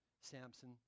Samson